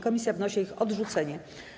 Komisja wnosi o ich odrzucenie.